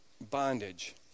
bondage